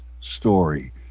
story